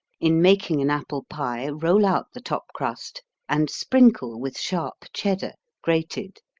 in making an apple pie, roll out the top crust and sprinkle with sharp cheddar, grated,